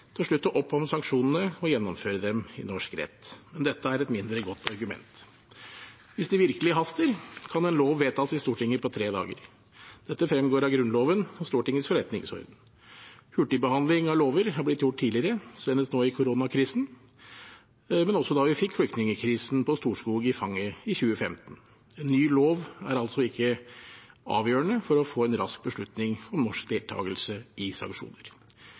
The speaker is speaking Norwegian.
til å slutte opp om disse tiltakene og gjennomføre dem i norsk rett». Dette er et mindre godt argument. Hvis det virkelig haster, kan en lov vedtas i Stortinget på tre dager. Dette fremgår av Grunnloven og Stortingets forretningsorden. Hurtigbehandling av lover er blitt gjort tidligere, senest nå i koronakrisen, men også da vi fikk flyktningkrisen på Storskog i fanget i 2015. En ny lov er altså ikke avgjørende for å få en rask beslutning om norsk deltagelse i sanksjoner.